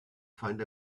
find